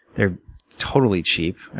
they're totally cheap,